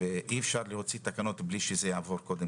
ואי אפשר להוציא תקנות בלי שזה יעבור קודם